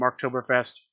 Marktoberfest